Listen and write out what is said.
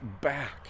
back